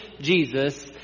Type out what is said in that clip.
Jesus